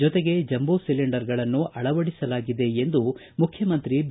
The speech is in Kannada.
ಜೊತೆಗೆ ಜಂಜೂ ಸಿಲಿಂಡರ್ಗಳನ್ನು ಅಳವಡಿಸಲಾಗಿದೆ ಎಂದು ಮುಖ್ಯಮಂತ್ರಿ ಬಿ